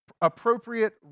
appropriate